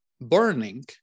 burning